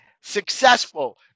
successful